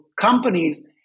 companies